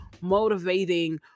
motivating